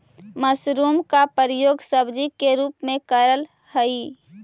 mushroom का प्रयोग सब्जी के रूप में करल हई